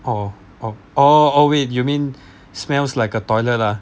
orh oh or orh wait you mean smells like a toilet lah